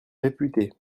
réputées